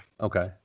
Okay